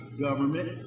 government